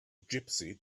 gypsy